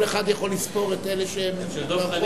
כל אחד יכול לספור את אלה שהם ברחוב.